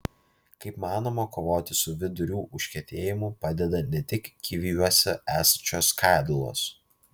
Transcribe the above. kaip manoma kovoti su vidurių užkietėjimu padeda ne tik kiviuose esančios skaidulos